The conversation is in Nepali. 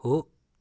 हो